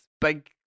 big